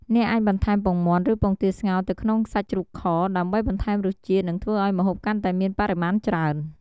អ្នកអាចបន្ថែមពងមាន់ ឬពងទាស្ងោរទៅក្នុងសាច់ជ្រូកខ ដើម្បីបន្ថែមរសជាតិ និងធ្វើឱ្យម្ហូបកាន់តែមានបរិមាណច្រើន។